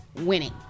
winning